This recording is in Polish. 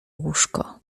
łóżko